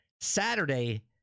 Saturday